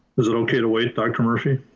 is it okay to wait, dr. murphy?